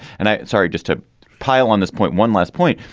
and i'm sorry just to pile on this point one last point.